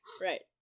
Right